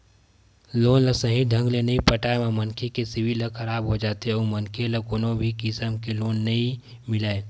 loan ल सहीं ढंग ले नइ पटाए म मनखे के सिविल ह खराब हो जाथे अउ मनखे ल कोनो भी किसम के लोन नइ मिलय